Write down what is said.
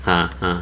!huh! !huh!